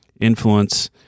influence